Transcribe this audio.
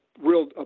real